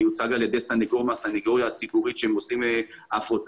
מיוצג על ידי סניגור מהסנגוריה הציבורית שעושה עבודה